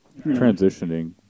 Transitioning